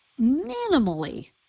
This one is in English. minimally